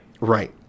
Right